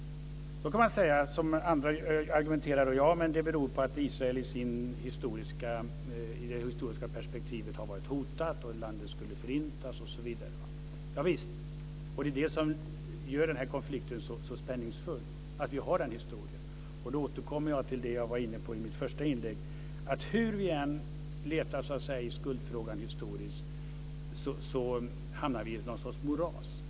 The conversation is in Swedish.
Då kan man säga som andra gör när de argumenterar: Det beror på att Israel i det historiska perspektivet har varit hotat. Landet skulle förintas osv. Javisst, det är det som gör den här konflikten så spänningsfull, att vi har den historien. Då återkommer jag till det som jag var inne på i mitt första inlägg. Hur vi än letar historiskt i skuldfrågan så hamnar vi i ett slags moras.